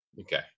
Okay